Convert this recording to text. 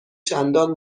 چندان